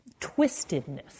twistedness